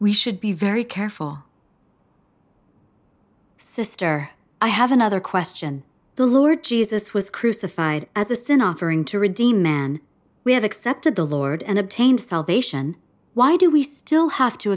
we should be very careful sister i have another question the lord jesus was crucified as a sin offering to redeem man we have accepted the lord and obtain salvation why do we still have to